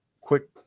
quick